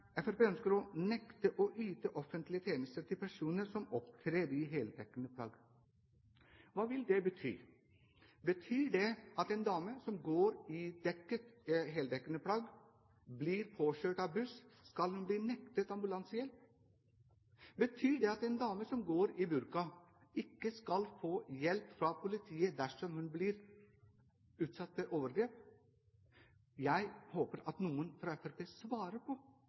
ønsker at man skal «nekte å yte offentlig tjenester til personer som opptrer i heldekkende plagg». Hva vil det bety? Betyr det at en dame som går i heldekkende plagg, og som blir påkjørt av buss, skal bli nektet ambulansehjelp? Betyr det at en dame som går i burka, ikke skal få hjelp fra politiet dersom hun blir utsatt for overgrep? Jeg håper at noen fra Fremskrittspartiet svarer på